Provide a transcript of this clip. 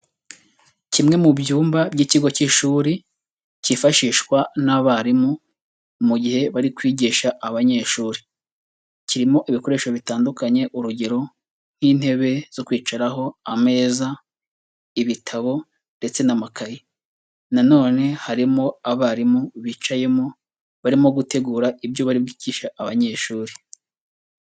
Kimwe mu byumba by'ikigo cy'ishuri, cyifashishwa n'abarimu, mu gihe bari kwigisha abanyeshuri. Kirimo ibikoresho bitandukanye, urugero: nk'intebe zo kwicaraho, ameza, ibitabo ndetse n'amakayi. Na none harimo abarimu bicayemo, barimo gutegura ibyo bari bwigishe abanyeshuri.